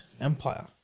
empire